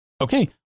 okay